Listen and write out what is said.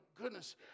goodness